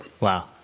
Wow